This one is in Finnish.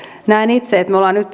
näen itse että me olemme nyt